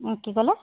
কি ক'লে